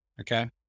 Okay